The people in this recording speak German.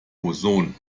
boson